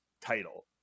title